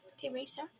Teresa